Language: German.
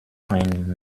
ein